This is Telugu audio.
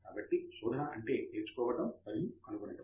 కాబట్టి శోధన అంటే నేర్చుకోవడం మరియు కనుగొనడం